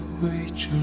reach